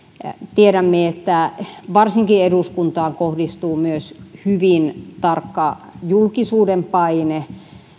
tiedämme että varsinkin eduskuntaan kohdistuu myös hyvin tarkka julkisuuden paine